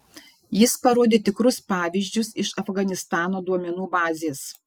jis parodė tikrus pavyzdžius iš afganistano duomenų bazės